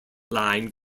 line